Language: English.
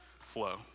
flow